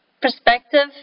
perspective